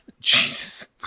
Jesus